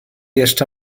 jeszcze